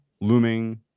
looming